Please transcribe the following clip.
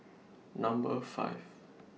Number five